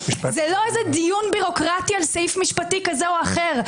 זה לא איזה דיון בירוקרטי על סעיף משפטי כזה או אחר.